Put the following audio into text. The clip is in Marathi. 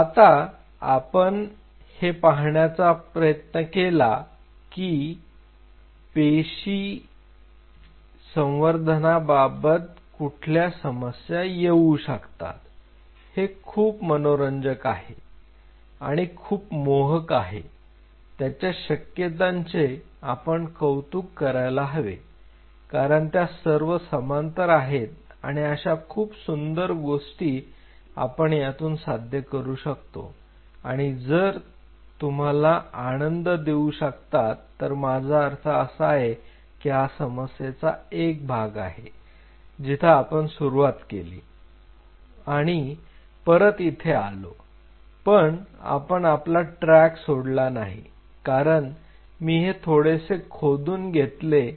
तर आता आपण हा पाहण्याचा प्रयत्न केला की पेशी संवर्धनाबाबत कुठल्या समस्या येऊ शकतात हे खूप मनोरंजक आहे आणि खूप मोहक आहे त्याच्या शक्यतांचे आपण कौतुक करायला हवे कारण त्या सर्व समांतर आहेत आणि आणि अशा खूप सुंदर गोष्टी आपण यातून साध्य करू शकतो आणि जर तुम्हाला आनंद देऊ शकतात तर माझा अर्थ असा आहे हा समस्येचा एक भाग आहे की जिथे आपण सुरुवात केली होती आणि परत इथे आलो पण आपण आपला ट्रॅक सोडला नाही कारण मी हे थोडेसे खोदून घेतले